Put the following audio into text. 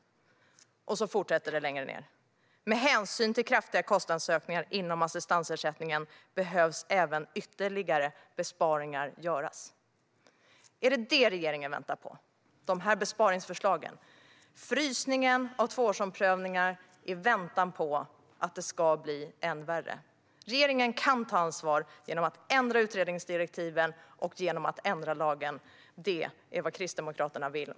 Längre ned fortsätter det: "Med hänsyn till kraftiga kostnadsökningar inom assistansersättningen behöver även ytterligare besparingar göras." Är det de här besparingsförslagen som regeringen väntar på - frysningen av tvåårsomprövningar i väntan på att det ska bli än värre? Regeringen kan ta ansvar genom att ändra utredningsdirektiven och genom att ändra lagen. Det är vad Kristdemokraterna vill.